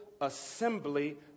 assembly